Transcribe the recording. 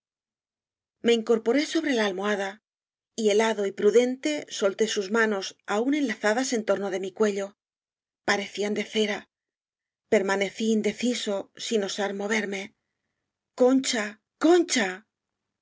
me incorporé sobre la almohada y helado y prudente solté sus manos aún enlazadas en torno de mi cuello parecían de cera per manecí indeciso sin osar moverme concha concha